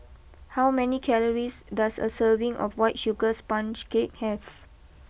how many calories does a serving of White Sugar Sponge Cake have